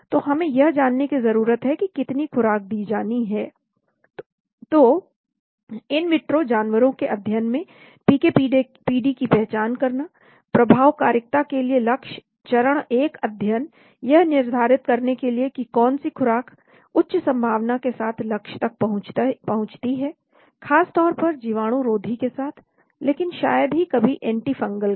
तो हमें यह जानने की जरूरत है कि कितनी खुराक दी जानी है तो इन विट्रो जानवरों के अध्ययन में पीके पीडी की पहचान करना प्रभावकारिता के लिए लक्ष्य चरण 1अध्ययन यह निर्धारित करने के लिए कि कौन सी खुराक उच्च संभावना के साथ लक्ष्य तक पहुंचती है खास तौर पर जीवाणुरोधी के साथ लेकिन शायद ही कभी एंटिफंगल के साथ